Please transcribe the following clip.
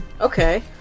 okay